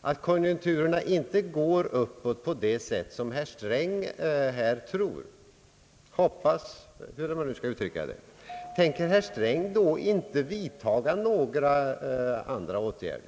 att konjunkturerna inte går uppåt på det sätt, som herr Sträng tror eller hoppas, tänker herr Sträng då inte vidta några andra åtgärder?